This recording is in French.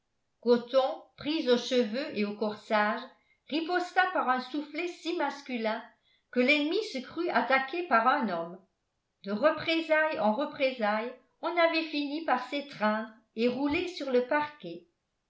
gothon prise aux cheveux et au corsage riposta par un soufflet si masculin que l'ennemi se crut attaqué par un homme de représailles en représailles on avait fini par s'étreindre et rouler sur le parquet